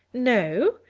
no?